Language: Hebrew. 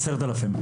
10,000 תלמידים.